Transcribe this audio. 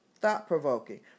thought-provoking